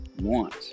want